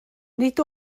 nid